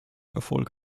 erfolg